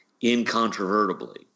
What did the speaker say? incontrovertibly